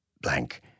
Blank